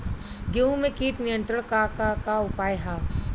गेहूँ में कीट नियंत्रण क का का उपाय ह?